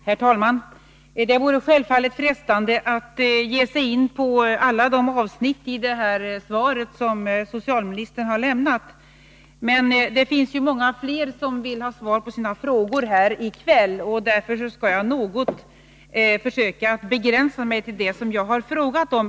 Herr talman! Det vore självfallet frestande att ge sig in på alla avsnitten i det svar som socialministern har lämnat. Men det är ju många fler som vill ha svar på sina frågor här i kväll, och därför skall jag försöka begränsa mig till det som jag har frågat om.